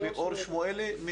או ליאור שמואלי.